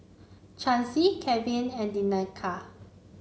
Chancy Keven and Danica